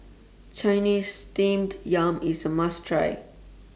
Chinese Steamed Yam IS A must Try